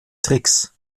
tricks